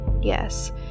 yes